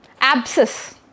Abscess